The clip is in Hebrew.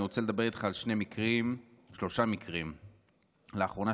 אני רוצה לדבר איתך על שלושה מקרים שקרו לאחרונה,